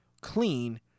clean